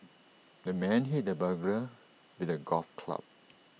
the man hit the burglar with A golf club